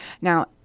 Now